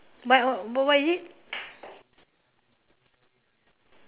what what is it